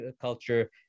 culture